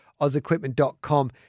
ozequipment.com